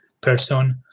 person